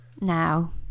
now